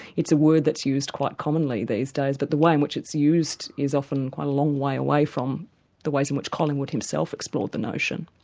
it's a word that's used quite commonly these days, but the way in which it's used is often quite a long way away from the ways in which collingwood himself explored the notion.